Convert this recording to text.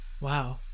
Wow